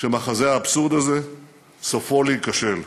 שמחזה האבסורד הזה סופו להיכשל,